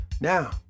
Now